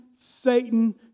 Satan